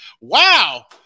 Wow